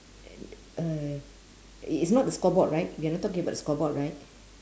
uh it's not the scoreboard right we are not talking about the scoreboard right